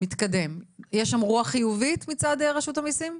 יש שם רוח חיובית מצד רשות המיסים?